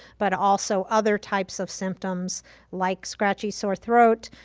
but also other types of symptoms like scratchy sore throat,